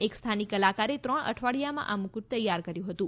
એક સ્થાનિક કલાકારે ત્રણ અઠવાડિયામાં આ મુકુટ તૈયાર કર્યું હતું